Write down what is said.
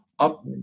Up